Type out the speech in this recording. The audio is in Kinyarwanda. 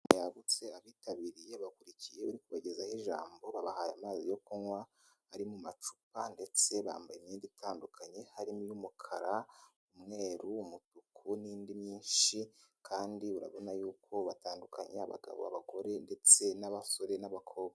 Inama yagutse abitabiriye bakurikiyeho kubagezaho ijambo babahaye amazi yo kunywa ari mu macupa ndetse bambaye imyenda itandukanye hari n'umukara, umweru'umutuku n'indi myinshi kandi urabona yuko batandukanya abagabo, abagore ndetse n'abasore n'abakobwa.